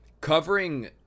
covering